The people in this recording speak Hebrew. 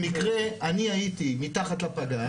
במקרה אני הייתי מתחת לפגז,